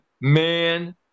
man